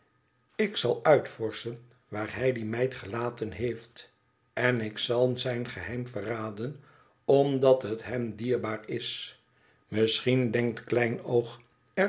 ik zal uitvorschen waar hij die meid gelaten heeft en ik zal zijn geheim verraden omdat het hem dierbaar is misschien denkt kleinoog